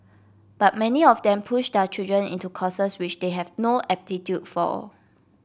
but many of them push their children into courses which they have no aptitude for